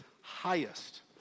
highest